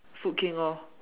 food king lor